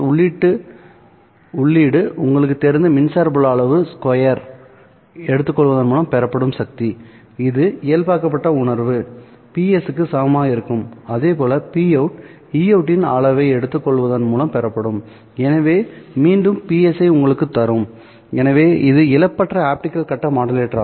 உள்ளீடு உங்களுக்குத் தெரிந்த மின்சார புல அளவு ஸ்கொயர் எடுத்துக்கொள்வதன் மூலம் பெறப்படும் சக்திஇது இயல்பாக்கப்பட்ட உணர்வு PS க்கு சமமாக இருக்கும்அதேபோல் Pout Eout இன் அளவு ஐ எடுத்துக்கொள்வதன் மூலம் பெறப்படும்எனவே மீண்டும் PS ஐ உங்களுக்குத் தரும் எனவே இது இழப்பற்ற ஆப்டிகல் கட்ட மாடுலேட்டராகும்